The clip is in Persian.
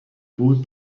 بود